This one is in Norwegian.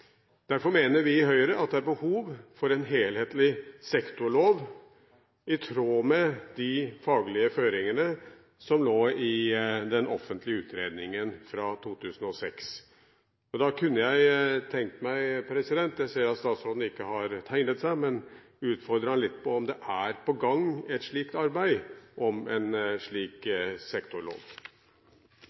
Derfor mener vi i Høyre at det er behov for en helhetlig sektorlov i tråd med de faglige føringene som lå i den offentlige utredningen fra 2006. Jeg ser at statsråden ikke har tegnet seg på talerlisten, men jeg vil utfordre ham litt på om det er på gang et arbeid om en slik sektorlov.